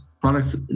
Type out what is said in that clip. products